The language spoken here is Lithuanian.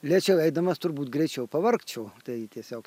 lėčiau eidamas turbūt greičiau pavargčiau tai tiesiog